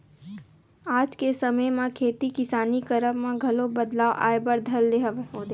आज के समे म खेती किसानी करब म घलो बदलाव आय बर धर ले हवय